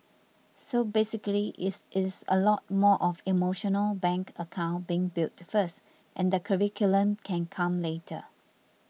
so basically it is a lot more of emotional bank account being built first and the curriculum can come later